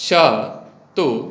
स तु